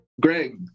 Greg